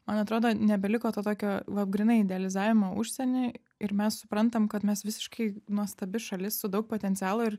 man atrodo nebeliko to tokio va grynai idealizavimo užsieniui ir mes suprantam kad mes visiškai nuostabi šalis su daug potencialo ir